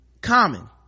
Common